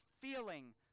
feeling